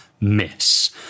miss